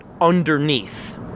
underneath